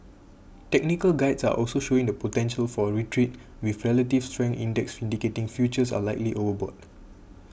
technical guides are also showing the potential for a retreat with relative strength index indicating futures are likely overbought